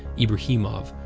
ibrahimov,